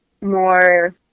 more